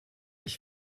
ich